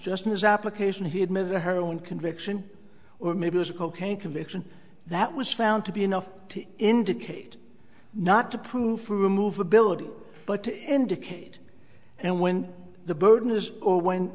just in his application he admitted her own conviction or maybe was a cocaine conviction that was found to be enough to indicate not to proof or remove ability but to indicate and when the burden is or when